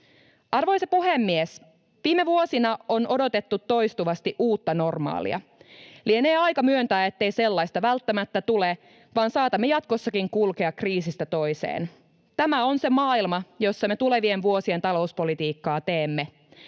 Arvoisa puhemies! Viime vuosina on odotettu toistuvasti ”uutta normaalia”. Lienee aika myöntää, ettei sellaista välttämättä tule, vaan saatamme jatkossakin kulkea kriisistä toiseen. Tämä on se maailma, jossa me tulevien vuosien talouspolitiikkaa teemme.